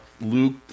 Luke